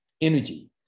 energy